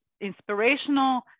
inspirational